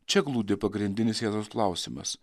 čia glūdi pagrindinis jėzaus klausimas